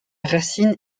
racine